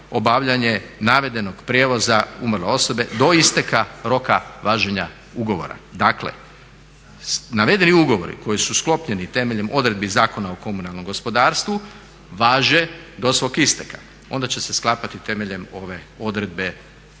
obavljanje navedenog prijevoza umrle osobe do isteka roka važenja ugovora. Dakle, navedeni ugovori koji su sklopljeni temeljem odredbi Zakona o komunalnom gospodarstvu važe do svog isteka, a onda će se sklapati temeljem ove odredbe